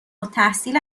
التحصیل